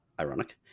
ironic